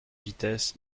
vitesse